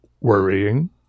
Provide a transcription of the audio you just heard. Worrying